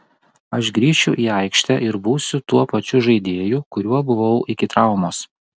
aš grįšiu į aikštę ir būsiu tuo pačiu žaidėju kuriuo buvau iki traumos